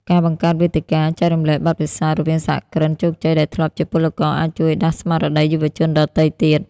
ការបង្កើតវេទិកា "ចែករំលែកបទពិសោធន៍" រវាងសហគ្រិនជោគជ័យដែលធ្លាប់ជាពលករ អាចជួយដាស់ស្មារតីយុវជនដទៃទៀត។